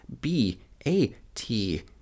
B-A-T